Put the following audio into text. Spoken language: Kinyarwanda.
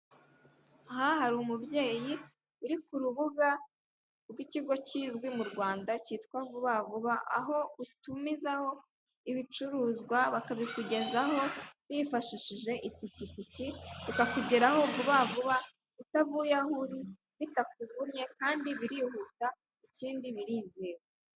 Aha hari umubyeyi uri ku rubuga rw'ikigo kizwi mu Rwanda, cyitwa vuba vuba, aho utumizaho ibicuruzwa, bakabikugezaho bifashishije ipikipiki, bikakugeraho vuba vuba, utavuye aho uri, bitakuvunnye, kandi birihuta, ikindi birizewe.